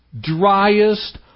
driest